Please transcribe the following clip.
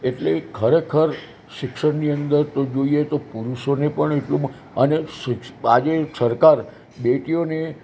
એટલે ખરેખર શિક્ષણની અંદર તો જોઈએ તો પુરુષોને પણ એટલો અને આજે સરકાર બેટીઓને